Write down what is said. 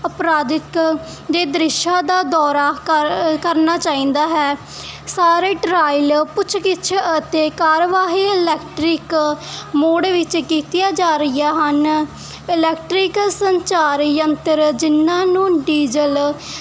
ਅਪਰਾਧਿਕ ਦੇ ਦ੍ਰਿਸ਼ਾਂ ਦਾ ਦੌਰਾ ਕਰ ਕਰਨਾ ਚਾਹੀਦਾ ਹੈ ਸਾਰੇ ਟਰਾਇਲ ਪੁੱਛਗਿੱਛ ਅਤੇ ਕਾਰਵਾਈ ਇਲੈਕਟਰਿਕ ਮੂਡ ਵਿੱਚ ਕੀਤੀਆਂ ਜਾ ਰਹੀਆਂ ਹਨ ਇਲੈਕਟ੍ਰਿਕ ਸੰਚਾਰ ਯੰਤਰ ਜਿਹਨਾਂ ਨੂੰ ਡੀਜਲ